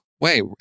Wait